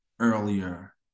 earlier